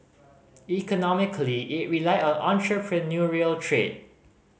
economically it relied on entrepreneurial trade